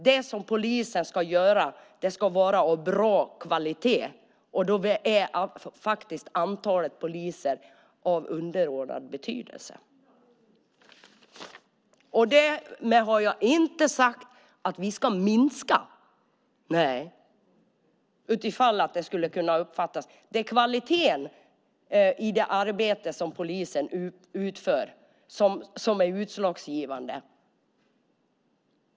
Det som poliserna gör ska vara av bra kvalitet, och då är antalet poliser av underordnad betydelse. Därmed har jag inte sagt att vi ska minska antalet, om det skulle kunna uppfattas så. Men det är kvaliteten i det arbete som polisen utför som är utslagsgivande.